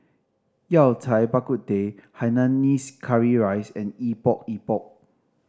Yao Cai Bak Kut Teh hainanese curry rice and Epok Epok